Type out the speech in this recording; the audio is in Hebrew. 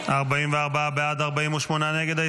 44 בעד, 48 נגד.